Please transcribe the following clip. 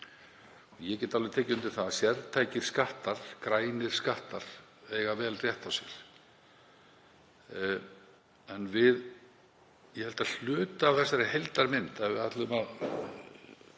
ég alveg tekið undir það að sértækir skattar, grænir skattar, eiga vel rétt á sér. En ég held að hluti af þessari heildarmynd, til að